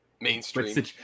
mainstream